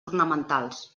ornamentals